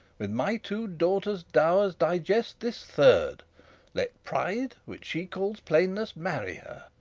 with my two daughters' dowers digest this third let pride, which she calls plainness, marry her.